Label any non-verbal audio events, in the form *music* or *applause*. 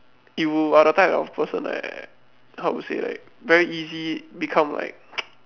if you are the type of person like how to say like very easy become like *noise*